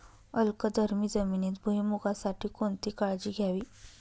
अल्कधर्मी जमिनीत भुईमूगासाठी कोणती काळजी घ्यावी?